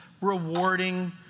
rewarding